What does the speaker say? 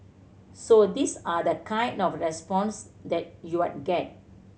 so these are the kind of response that you are get